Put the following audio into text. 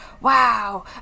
Wow